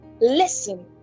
Listen